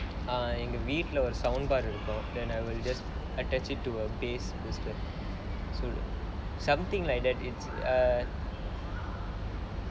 uh எங்க வீட்டுலே:enga veetula soundbar இருக்கு:irukku and then I'll just attach it to a base booster so err something like that it's a